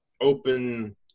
open